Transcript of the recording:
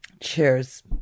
Cheers